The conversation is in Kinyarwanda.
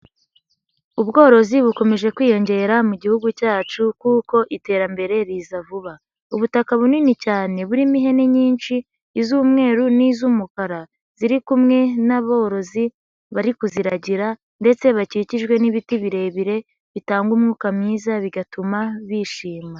Ubworozi bukomeje kwiyongera mu gihugu cyacu kuko iterambere riza vuba. Ubutaka bunini cyane burimo ihene nyinshi iz'umweru n'iz'umukara, ziri kumwe n'aborozi bari kuziragira ndetse bakikijwe n'ibiti birebire, bitanga umwuka mwiza bigatuma bishima.